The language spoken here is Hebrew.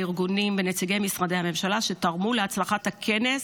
הארגונים ונציגי משרדי הממשלה שתרמו להצלחת הכנס